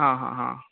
हँ हँ हँ